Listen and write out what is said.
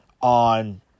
on